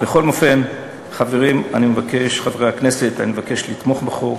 בכל אופן, חברי הכנסת, אני מבקש לתמוך בחוק.